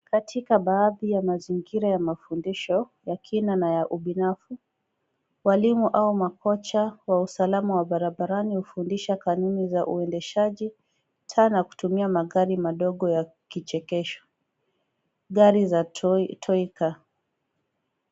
Katika baadhi ya mazingira ya mafundisho ya kina na ya ubinafu . Walimu au makocha wa usalama wa barabarani hufundisha kanuni za uendeshaji taa na kutumia magari madogo ya kichekesho. Gari za toy car .